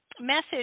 message